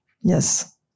Yes